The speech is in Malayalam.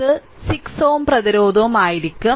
ഇതും 6 Ω പ്രതിരോധവും ആയിരിക്കും